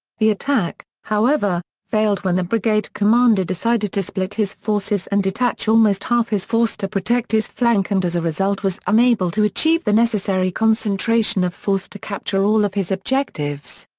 the attack, however, failed when the brigade commander decided to split his forces and detach almost half his force to protect his flank and as a result was unable to achieve the necessary concentration of force to capture all of his objectives.